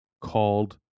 called